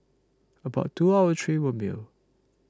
about two out of three were male